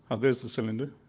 ah there's the cylinder.